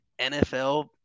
NFL